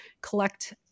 collect